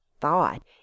thought